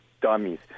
dummies